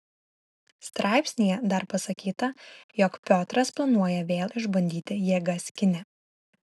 straipsnyje dar pasakyta jog piotras planuoja vėl išbandyti jėgas kine